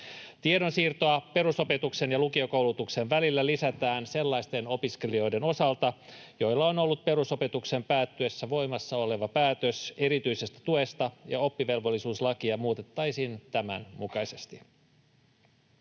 Tiedonsiirtoa perusopetuksen ja lukiokoulutuksen välillä lisätään sellaisten opiskelijoiden osalta, joilla on ollut perusopetuksen päättyessä voimassa oleva päätös erityisestä tuesta, ja oppivelvollisuuslakia muutettaisiin tämän mukaisesti.